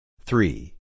Three